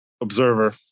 observer